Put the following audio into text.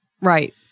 Right